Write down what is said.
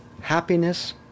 happiness